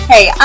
Hey